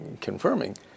confirming